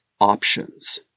options